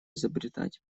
изобретать